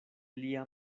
lia